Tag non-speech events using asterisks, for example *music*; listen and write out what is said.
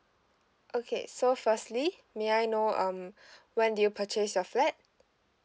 okay so firstly may I know um *breath* when did you purchase your flat